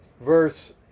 verse